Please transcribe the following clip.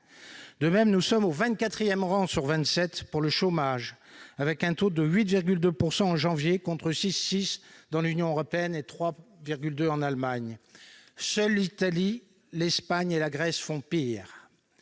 De même, nous sommes au vingt-quatrième rang sur vingt-sept pour le chômage, avec un taux de 8,2 % en janvier dernier contre 6,6 % dans l'Union européenne et 3,2 % en Allemagne. Seules l'Italie, l'Espagne et la Grèce font pire